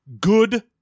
good